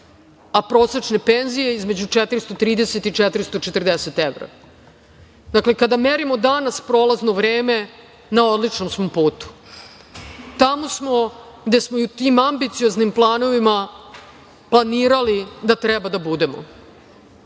a prosečne penzije između 430 i 440 evra. Dakle, kada merimo danas prolazno vreme na odličnom smo putu. Tamo smo gde smo i u tim ambicioznim planovima planirali da treba da budemo.